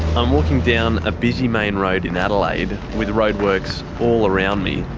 i'm walking down a busy main road in adelaide, with roadworks all around me.